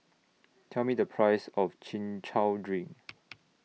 Tell Me The Price of Chin Chow Drink